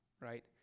right